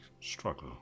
struggle